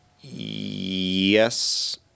yes